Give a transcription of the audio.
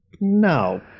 No